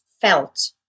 felt